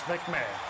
McMahon